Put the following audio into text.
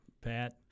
Pat